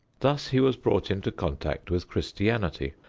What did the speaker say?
thus he was brought into contact with christianity.